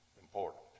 important